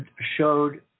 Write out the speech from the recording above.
showed